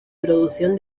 producción